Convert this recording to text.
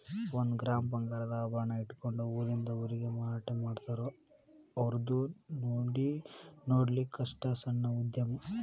ಒಂದ ಗ್ರಾಮ್ ಬಂಗಾರದ ಆಭರಣಾ ಇಟ್ಕೊಂಡ ಊರಿಂದ ಊರಿಗೆ ಮಾರಾಟಾಮಾಡ್ತಾರ ಔರ್ದು ನೊಡ್ಲಿಕ್ಕಸ್ಟ ಸಣ್ಣ ಉದ್ಯಮಾ